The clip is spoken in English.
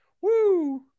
Woo